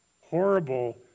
horrible